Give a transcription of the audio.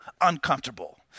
uncomfortable